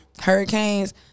Hurricanes